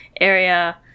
area